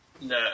No